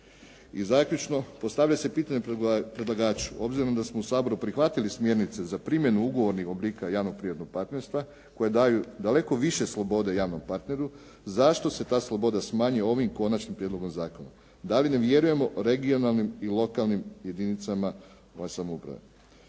I zaključno, postavlja se pitanje predlagaču. Obzirom da smo u Saboru prihvatili smjernice za primjenu ugovornih oblika javno-privatnog partnerstva koje daju daleko više slobode javnom partneru, zašto se ta sloboda smanjuje ovim konačnim prijedlogom zakona. Da li ne vjerujemo regionalnim i lokalnim jedinicama samouprave?